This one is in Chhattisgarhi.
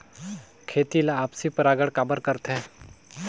खेती ला आपसी परागण काबर करथे?